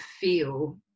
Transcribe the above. feel